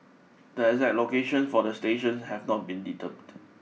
the exact locations for the stations have not been determined